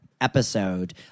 episode